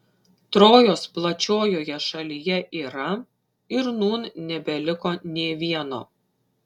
trojos plačiojoje šalyje yra ir nūn nebeliko nė vieno